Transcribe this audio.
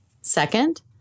Second